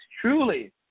truly